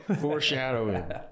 foreshadowing